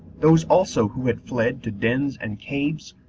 those also who had fled to dens and caves,